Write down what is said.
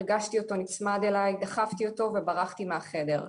הרגשתי אותו נצמד אליי, דחפתי אותו וברחתי מהחדר.